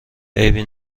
عیبی